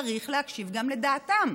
צריך להקשיב גם לדעתם.